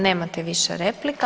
Nemate više replika.